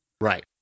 Right